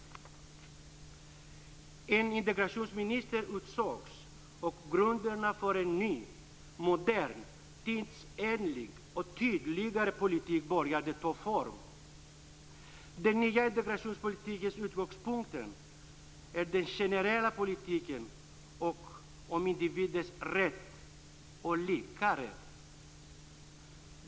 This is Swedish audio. En integrationsminister utsågs, och grunderna för en ny, modern, tidsenlig och tydligare politik började ta form. Den nya integrationspolitikens utgångspunkt är den generella politiken och individens rätt och lika rätt.